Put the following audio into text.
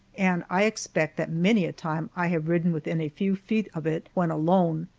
and i expect that many a time i have ridden within a few feet of it when alone,